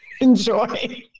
enjoy